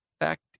fact